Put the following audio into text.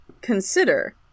Consider